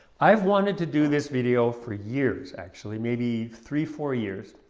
i've wanted to do this video for years actually, maybe three four years,